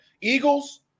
Eagles